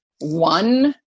one